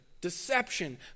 Deception